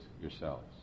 yourselves